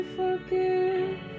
forgive